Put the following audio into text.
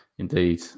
Indeed